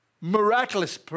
miraculous